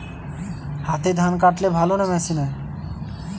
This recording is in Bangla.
হাতে ধান কাটলে ভালো না মেশিনে?